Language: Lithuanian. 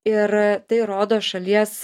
ir tai rodo šalies